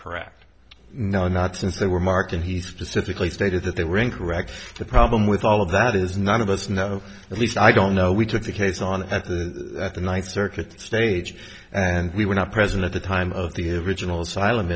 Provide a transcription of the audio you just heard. correct no not since they were marked and he specifically stated that they were incorrect the problem with all of that is none of us know at least i don't know we took the case on the ninth circuit stage and we were not present at the time of the original